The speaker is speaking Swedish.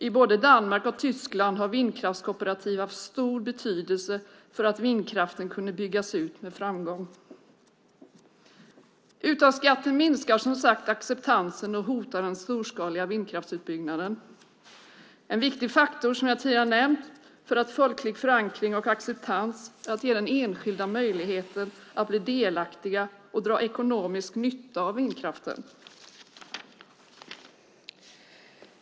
I både Danmark och Tyskland har vindkraftskooperativ haft stor betydelse för att vindkraften har kunnat byggas ut med framgång. Uttagsbeskattningen minskar, som sagt, acceptansen och hotar den storskaliga vindkraftsutbyggnaden. En viktig faktor som jag tidigare har nämnt för folklig förankring och acceptans är att ge enskilda möjligheter att bli delaktiga och dra ekonomisk nytta av vindkraften.